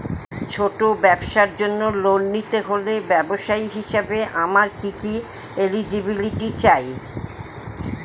ছোট ব্যবসার জন্য লোন নিতে হলে ব্যবসায়ী হিসেবে আমার কি কি এলিজিবিলিটি চাই?